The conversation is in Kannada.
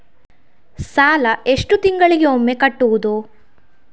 ಸಾಲ ಎಷ್ಟು ತಿಂಗಳಿಗೆ ಒಮ್ಮೆ ಕಟ್ಟುವುದು?